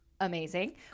Amazing